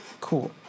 Cool